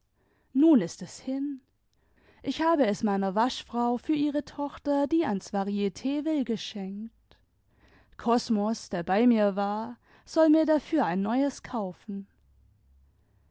nun ist es hin ich hab es meiner waschfrau für ihre tochter die ans varitd will geschenkt kosmos der bei mir war soll mir dafür ein neues kaufen